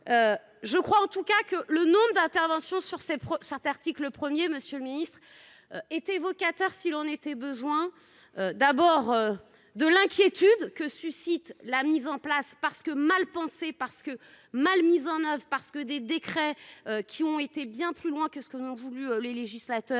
Je crois en tout cas que le nombre d'interventions sur ces prochains article 1er, Monsieur le Ministre. Est évocateur, s'il en était besoin. D'abord. De l'inquiétude que suscite la mise en place parce que mal pensées parce que mal mise en oeuvre parce que des décrets. Qui ont été bien plus loin que ce qu'ont voulu les législateurs.